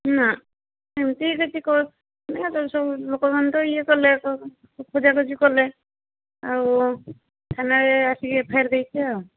ନା ସେମିତି କିଛି କ ଲୋକମାନେ ତ ଇଏ କଲେ ଖୋଜା ଖୋଜି କଲେ ଆଉ ଥାନାରେ ଆସିକି ଏଫ୍ ଆଇ ଆର୍ ଦେଇଛି ଆଉ